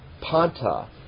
panta